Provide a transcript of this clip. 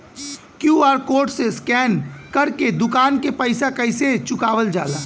QR code से scan कर के दुकान के पैसा कैसे चुकावल जाला?